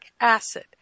acid